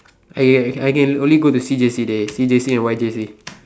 I I can only go to C_J_C dey C_J_C and Y_J_C